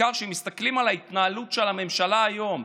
שמסתכלים על ההתנהלות של הממשלה היום,